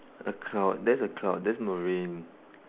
a cloud that's a cloud that's not rain